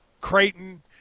Creighton